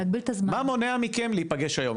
מה מונע מכם להיפגש היום?